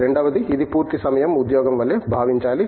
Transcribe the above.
రెండవది ఇది పూర్తి సమయం ఉద్యోగం వలే భావించాలి